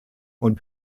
und